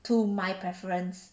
to my preference